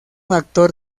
actor